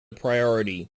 priority